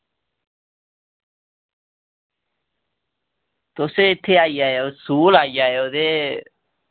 तुस एह् इत्थै आई जाएओ सूल आई जाएओ ते